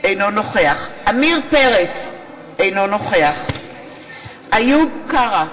אינו נוכח עמיר פרץ, אינו נוכח איוב קרא,